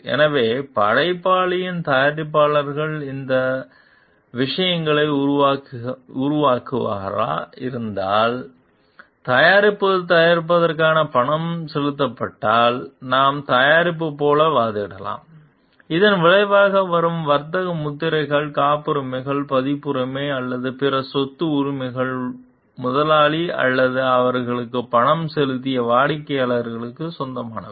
எனவே படைப்பாளரின் தயாரிப்பாளர் இந்த விஷயங்களை உருவாக்கியவராக இருந்தால் தயாரிப்பு தயாரிப்பதற்காக பணம் செலுத்தப்பட்டால் நாம் தயாரிப்பு போல வாதிடலாம் இதன் விளைவாக வரும் வர்த்தக முத்திரைகள் காப்புரிமைகள் பதிப்புரிமை அல்லது பிற சொத்து உரிமைகள் முதலாளி அல்லது அவர்களுக்கு பணம் செலுத்திய வாடிக்கையாளருக்கு சொந்தமானவை